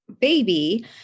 baby